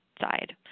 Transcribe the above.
side